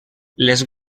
les